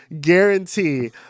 guarantee